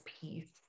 peace